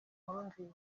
nkurunziza